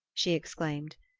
she exclaimed.